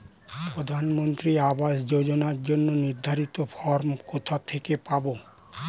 প্রধানমন্ত্রী আবাস যোজনার জন্য নির্ধারিত ফরম কোথা থেকে পাব?